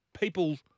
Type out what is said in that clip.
people